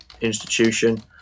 institution